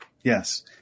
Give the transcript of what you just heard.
Yes